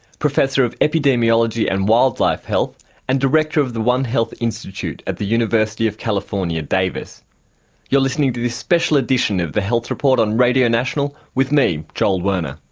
professor of epidemiology and wildlife health and director of the one health institute at the university of california davis. and you're listening to this special edition of the health report on radio national with me joel werner.